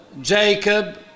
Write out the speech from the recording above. jacob